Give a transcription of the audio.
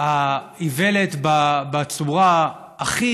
איוולת בצורה הכי